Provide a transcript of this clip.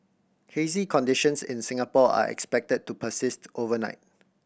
hazy conditions in Singapore are expected to persist overnight